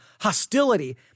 hostility